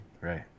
Right